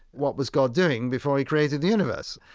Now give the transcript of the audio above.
what was god doing before he created the universe?